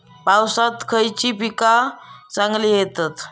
पावसात खयली पीका चांगली येतली?